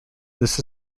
this